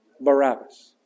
Barabbas